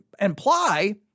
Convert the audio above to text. imply